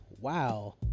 wow